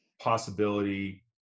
possibility